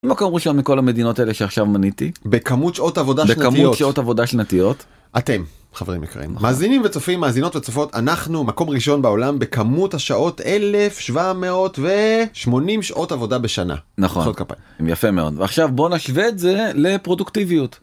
במקום ראשון מכל המדינות אלה שעכשיו מניתי. בכמות שעות עבודה שנתיות. בכמות שעות עבודה שנתיות. אתם, חברים יקרים, מאזינים וצופים, מאזינות וצופות, אנחנו מקום ראשון בעולם בכמות השעות 1700 ו80 שעות עבודה בשנה. מחיאות כפיים. נכון. יפה מאוד. עכשיו בוא נשווה את זה לפרודוקטיביות.